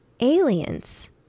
aliens